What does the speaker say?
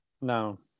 No